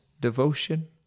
devotion